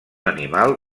animal